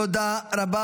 תודה רבה.